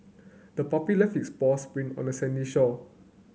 the puppy left its paws print on the sandy shore